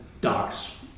Doc's